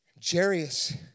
Jarius